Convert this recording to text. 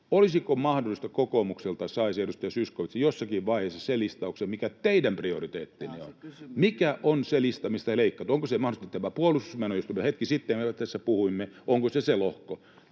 Olisiko mahdollista, että kokoomukselta saisi, edustaja Zyskowicz, jossakin vaiheessa sen listauksen, mikä teidän prioriteettinne on? Mikä on se lista, mistä te leikkaatte: onko se mahdollisesti tämä puolustusmeno, josta me hetki sitten tässä puhuimme, onko se se lohko